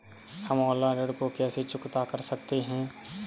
हम ऑनलाइन ऋण को कैसे चुकता कर सकते हैं?